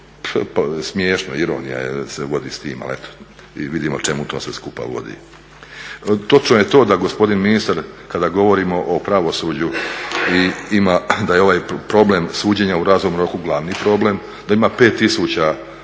već smiješno, ironija se vodi s tim, ali eto i vidimo čemu to sve skupa vodi. Točno je to da gospodin ministar kada govorimo o pravosuđu i ima, da je ovaj problem suđenja u razumnom roku glavni problem, da ima 5 tisuća